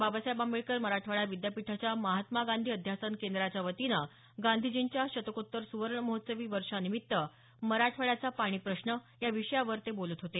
बाबासाहेब आंबेडकर मराठवाडा विद्यापीठाच्या महात्मा गांधी अध्यासन केंद्राच्या वतीनं गांधीजींच्या शत्तकोत्तर सुवर्ण महोत्सवी वर्षानिमित्त मराठवाड्याचा पाणी प्रश्न या विषयावर बोलत होते